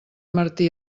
martí